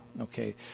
okay